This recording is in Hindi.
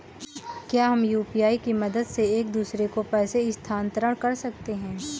क्या हम यू.पी.आई की मदद से एक दूसरे को पैसे स्थानांतरण कर सकते हैं?